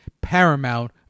Paramount